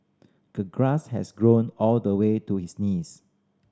the grass has grown all the way to his knees